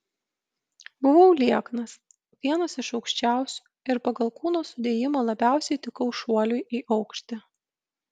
buvau lieknas vienas iš aukščiausių ir pagal kūno sudėjimą labiausiai tikau šuoliui į aukštį